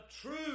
true